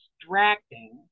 distracting